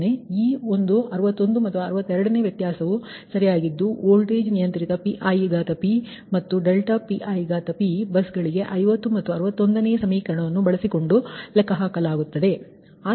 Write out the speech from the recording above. ಈ ಒಂದು 61 ಮತ್ತು 62ನೆಯದು ವ್ಯತ್ಯಾಸ ಸರಿ ಮತ್ತು ವೋಲ್ಟೇಜ್ ನಿಯಂತ್ರಿತ Pipand ∆Pip ಬಸ್ಗಳಿಗೆ 50 ಮತ್ತು 61ನೇ ಸಮೀಕರಣವನ್ನು ಬಳಸಿಕೊಂಡು ಲೆಕ್ಕಹಾಕಲಾಗುತ್ತದೆ